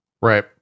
Right